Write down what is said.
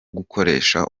gukoresha